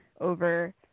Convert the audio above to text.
over